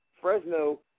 Fresno